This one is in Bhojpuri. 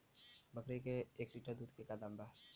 बकरी के एक लीटर दूध के का दाम बा?